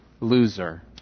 loser